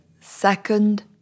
second